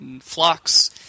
flocks